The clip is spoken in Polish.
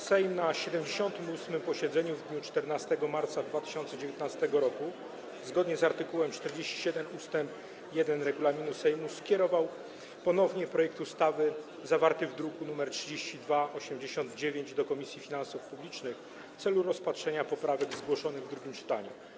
Sejm na 78. posiedzeniu w dniu 14 marca 2019 r. zgodnie z art. 47 ust. 1 regulaminu Sejmu skierował ponownie projekt ustawy zawarty w druku nr 3289 do Komisji Finansów Publicznych w celu rozpatrzenia poprawek zgłoszonych w drugim czytaniu.